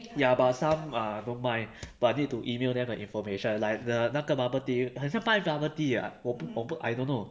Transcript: ya but some don't mind but need to email them the information like the 那个 bubble tea 很像卖 bubble tea ah 我不我不 I don't know